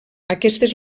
aquestes